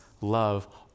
love